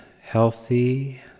healthy